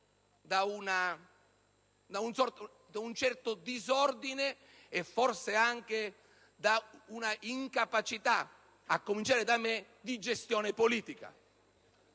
da un certo disordine e, forse, anche da un'incapacità, a cominciare da me, di gestione politica.